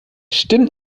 stimmt